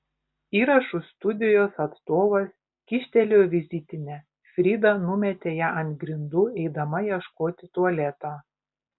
įrašų studijos atstovas kyštelėjo vizitinę frida numetė ją ant grindų eidama ieškoti tualeto